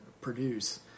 produce